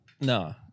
No